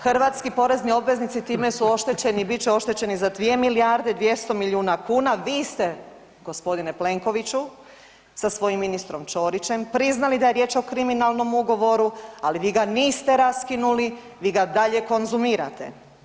Hrvatski porezni obveznici time su oštećeni i bit će oštećeni za 2 milijarde 200 milijuna kuna, vi ste gospodine Plenkoviću sa svojim ministrom Ćorićem priznali da je riječ o kriminalnom ugovoru, ali vi ga niste raskinuli, vi ga dalje konzumirate.